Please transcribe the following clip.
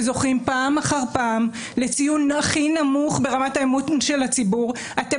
שזוכים פעם אחר פעם לציון הכי נמוך ברמת האמון של הציבור - אתם